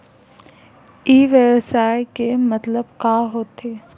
ई व्यवसाय के मतलब का होथे?